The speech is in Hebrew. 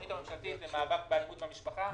התוכנית הממשלתית למאבק באלימות במשפחה.